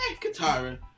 Katara